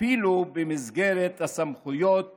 אפילו במסגרת הסמכויות הקיימות.